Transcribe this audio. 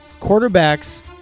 quarterbacks